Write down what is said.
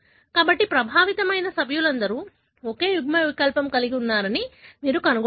కాబట్టి ప్రభావితమైన సభ్యులందరూ ఒకే యుగ్మవికల్పం కలిగి ఉన్నట్లు మీరు కనుగొంటారు